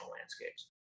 landscapes